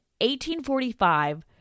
1845